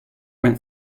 went